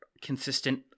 consistent